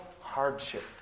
hardship